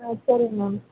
ஆ சரிங்க மேம்